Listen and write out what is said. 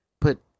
put